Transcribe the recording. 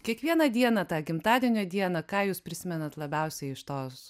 kiekvieną dieną tą gimtadienio dieną ką jūs prisimenat labiausiai iš tos